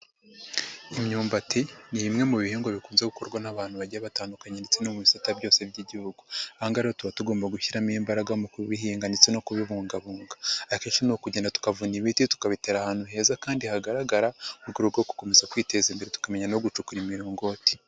Imyumbati ni imwe mu bihingwa bikunze gukorwa n'abantu bagiye batandukanye ndetse no mu bisata byose by'igihugu, aha ngaha rero tuba tugomba gushyiramo imbaraga mu kubihinga ndetse no kubibungabunga, akenshi ni ukugenda tukavunya ibiti, tukabitera ahantu heza kandi hagaragara, mu rwego rwo gukomeza kwiteza imbere tukamenya no gucukura imiringoti.